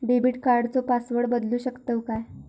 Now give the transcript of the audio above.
Debit कार्डचो password बदलु शकतव काय?